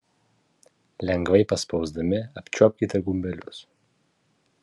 lengvai paspausdami apčiuopkite gumbelius